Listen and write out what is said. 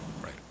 right